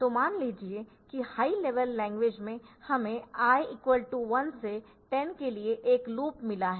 तो मान लीजिए कि हाई लेवल लैंग्वेज मेंहमें I 1 से 10 के लिए एक लूप मिला है